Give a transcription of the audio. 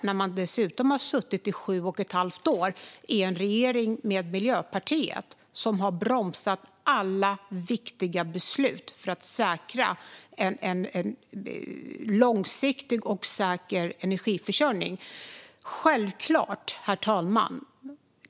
Ni har dessutom suttit i regering i sju och ett halvt år tillsammans med Miljöpartiet som har bromsat alla viktiga beslut för att säkerställa en långsiktig och säker energiförsörjning. Herr talman!